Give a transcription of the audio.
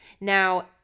Now